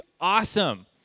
awesome